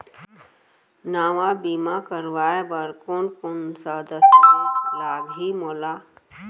नवा बीमा करवाय बर कोन कोन स दस्तावेज लागही मोला?